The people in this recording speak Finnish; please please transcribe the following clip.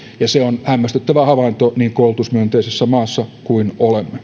ja se on hämmästyttävä havainto niin koulutusmyönteisessä maassa kuin